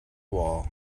wall